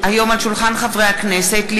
נזקים בלתי הפיכים בשימוש בפנסי לייזר לילדים.